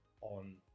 on